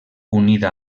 unida